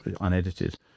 unedited